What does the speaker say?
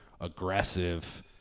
aggressive